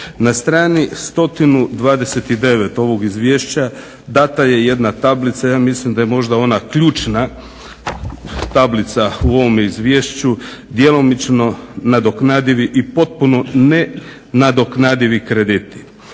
Na str. 129 ovog izvješća dana je jedna tablica i ja mislim da je možda ona ključna tablica u ovome izvješću djelomično nadoknadivi i potpuno nenadoknadivi krediti.